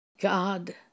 God